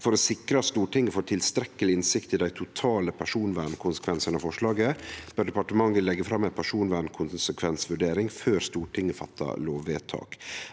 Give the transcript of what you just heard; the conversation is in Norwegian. «For å sikre at Stortinget får tilstrekkelig innsikt i de totale personvernkonsekvensene av forslaget, bør departementet legge frem en personvernkonsekvensvurdering før Stortinget fatter lovvedtak.